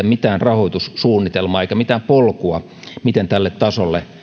mitään rahoitussuunnitelmaa eikä mitään polkua miten tälle tasolle